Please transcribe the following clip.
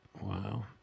Wow